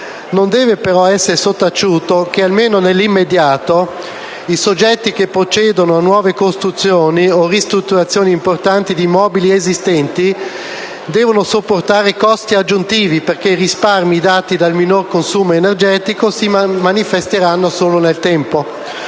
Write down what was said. Non deve però essere sottaciuto che - almeno nell'immediato - i soggetti che procedono a nuove costruzioni o a ristrutturazioni importanti di immobili esistenti devono sopportare costi aggiuntivi, perché i risparmi dati dal minore consumo energetico si manifesteranno solo nel tempo.